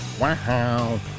Wow